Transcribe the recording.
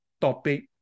topic